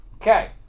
Okay